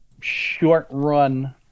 short-run